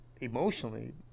Emotionally